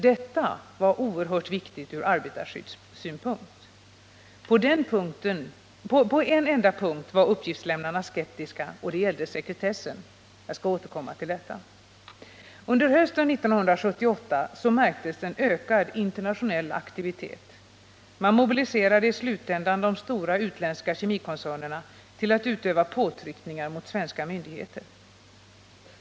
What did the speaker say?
Detta var oerhört viktigt ur arbetarskyddssynpunkt. På en enda punkt var uppgiftslämnarna skeptiska, och det gällde sekretessen. Jag skall återkomma till detta. Under hösten 1978 märktes en ökad internationell aktivitet. Man mobiliserade i slutändan de stora utländska kemikoncernerna till att utöva påtryckningar mot svenska myndigheter.